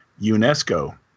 UNESCO